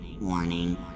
Warning